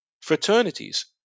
fraternities